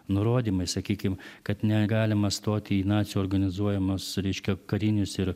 nurodymai sakykim kad negalima stoti į nacių organizuojamus reiškia karinius ir